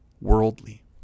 worldly